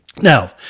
Now